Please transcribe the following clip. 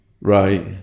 Right